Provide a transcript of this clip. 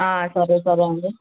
సరే సరే అండీ